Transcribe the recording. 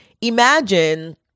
Imagine